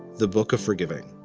the book of forgiving.